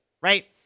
right